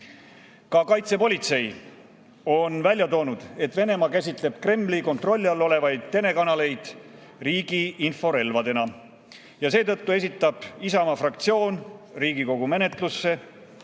Ka kaitsepolitsei on välja toonud, et Venemaa käsitleb Kremli kontrolli all olevaid telekanaleid riigi inforelvadena. Seetõttu esitab Isamaa fraktsioon Riigikogu menetlusse